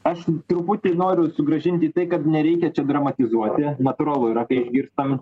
aš truputį noriu sugrąžint į tai kad nereikia čia dramatizuoti natūralu yra kai išgirstam